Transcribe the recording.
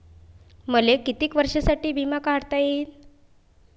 मले कितीक वर्षासाठी बिमा काढता येईन?